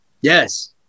Yes